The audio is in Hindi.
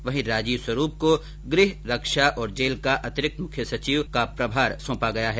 वहीं राजीव स्वरूप को गृह रक्षा और जेल का अंतिरिक्त मुख्य सचिव का प्रभार सौंपा गया है